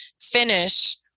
finish